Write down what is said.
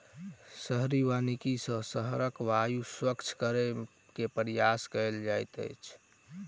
शहरी वानिकी सॅ शहरक वायु स्वच्छ करै के प्रयास कएल जाइत अछि